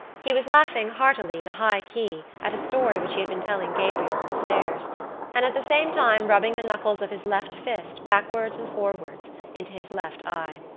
he was laughing heartily in a high key at a story which he had been telling gabriel on the stairs and at the same time rubbing the knuckles of his left fist backwards and forwards into his left eye.